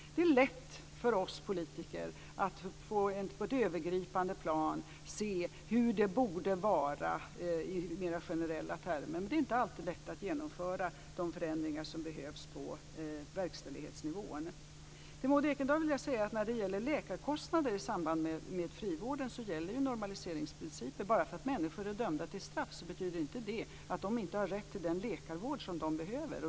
Det är lätt för oss politiker att på ett övergripande plan se hur det borde vara i mer generella termer. Men det är inte alltid lätt att genomföra de förändringar som behövs på verkställighetsnivån. Till Maud Ekendahl vill jag säga att när det gäller läkarkostnader i samband med frivården gäller normaliseringsprincipen. Bara för att människor är dömda till straff betyder inte det att de inte har rätt till den läkarvård som de behöver.